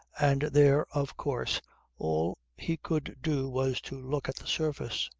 and there of course all he could do was to look at the surface.